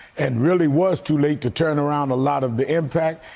and really was too late to turn around a lot of the impact.